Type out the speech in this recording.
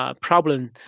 problem